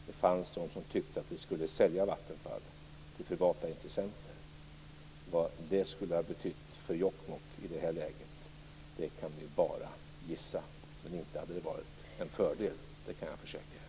Det fanns de som tyckte att vi skulle sälja Vattenfall till privata intressenter. Vad det skulle ha betytt för Jokkmokk i det här läget kan vi bara gissa. Men inte hade det varit en fördel, det kan jag försäkra er.